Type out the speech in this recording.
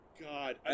God